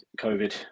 COVID